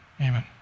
Amen